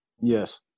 Yes